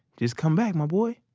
just come back, my boy.